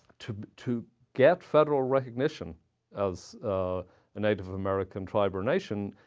to to get federal recognition as a native american tribe or nation,